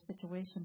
situation